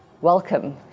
Welcome